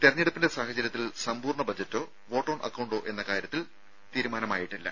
തെരഞ്ഞെടു പ്പിന്റെ സാഹചര്യത്തിൽ സമ്പൂർണ്ണ ബജറ്റോ വോട്ട് ഓൺ അക്കൌണ്ടോ എന്ന് കാര്യത്തിൽ തീരുമാനത്തിൽ എത്തിയിട്ടില്ല